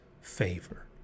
favor